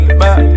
back